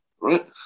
Right